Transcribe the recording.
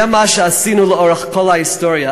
זה מה שעשינו לאורך כל ההיסטוריה.